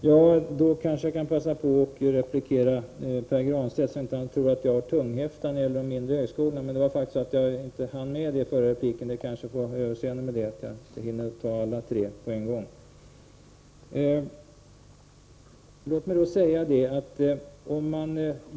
Herr talman! Jag skall passa på att replikera Pär Granstedt, så att han inte tror att jag har tunghäfta när det gäller de mindre högskolorna, men jag hann inte replikera alla tre talarna på en gång i den förra repliken. Jag får be om överseende för detta.